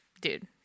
Dude